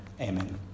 amen